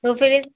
तो फिर इस